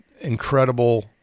incredible